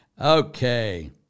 Okay